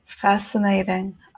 Fascinating